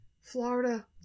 Florida